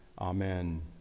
Amen